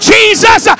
Jesus